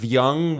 young